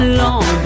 long